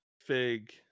fig